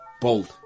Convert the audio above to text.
Bold